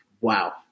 wow